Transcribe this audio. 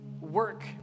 work